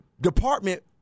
department